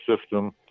system